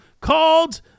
called